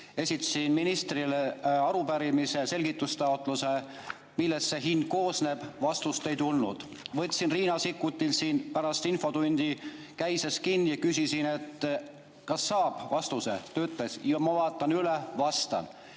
Esitasin ministrile arupärimise, selgitustaotluse, millest see hind koosneb. Vastust ei tulnud. Võtsin Riina Sikkutil siin pärast infotundi käisest kinni ja küsisin, kas saab vastuse. Ta ütles, et ma vaatan üle ja vastan.